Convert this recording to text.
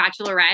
bachelorette